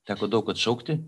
teko daug atšaukti